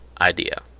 idea